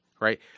right